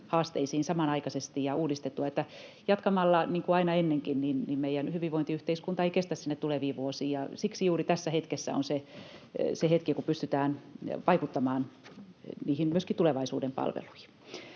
haasteisiin samanaikaisesti ja uudistettua. Jatkamalla niin kuin aina ennenkin meidän hyvinvointiyhteiskuntamme ei kestä sinne tuleviin vuosiin, ja siksi juuri tässä hetkessä on se hetki, kun pystytään vaikuttamaan myöskin niihin tulevaisuuden palveluihin.